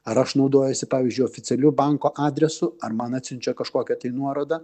ar aš naudojuosi pavyzdžiui oficialiu banko adresu ar man atsiunčia kažkokią tai nuorodą